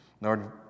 Lord